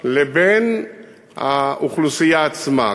לבין האוכלוסייה עצמה.